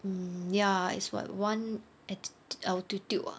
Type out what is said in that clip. ya is what one attitu~ altitude